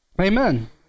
Amen